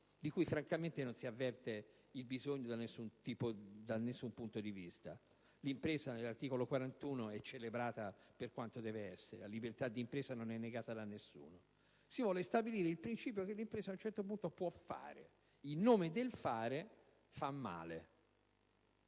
di cui francamente non si avverte il bisogno da alcun punto di vista. Nell'articolo 41 l'impresa è celebrata per quanto deve essere e la libertà d'impresa non è negata a nessuno. Si vuole stabilire il principio che l'impresa ad un certo punto può fare e, in nome del fare, far male.